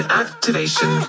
activation